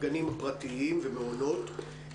גנים פרטיים ומעונות.